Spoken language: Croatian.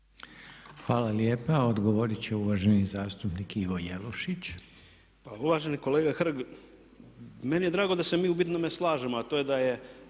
Hvala lijepa. Odgovorit će uvaženi zastupnik Ivo Jelušić. **Jelušić, Ivo (SDP)** Pa uvaženi kolega Hrg, meni je drago da se mi u bitnome slažemo, a to je da je